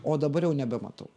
o dabar jau nebematau